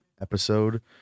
episode